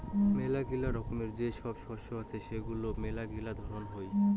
মেলাগিলা রকমের যে সব শস্য আছে সেগুলার মেলাগিলা ধরন হই